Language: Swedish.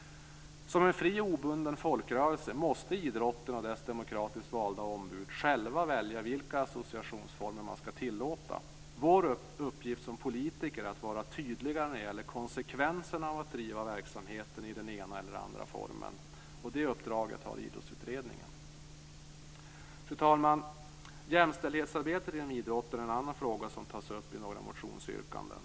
Som fri och obunden folkrörelse måste idrotten och dess demokratiskt valda ombud själva välja vilka associationsformer man skall tillåta. Vår uppgift som politiker är att vara tydliga när det gäller konsekvenserna av att driva verksamheten i den ena eller den andra formen. Det uppdraget har Idrottsutredningen. Fru talman! Jämställdhetsarbetet inom idrotten är en annan fråga som tas upp i några motionsyrkanden.